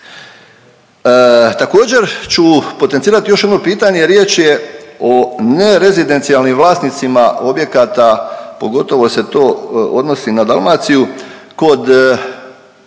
Također ću potencirati još jedno pitanje, riječ je o nerezidencijalnim vlasnicima objekata. Pogotovo se to odnosi na Dalmaciju kod